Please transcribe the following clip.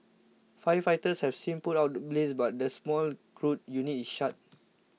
firefighters have since put out the blaze but the small crude unit is shut